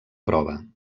prova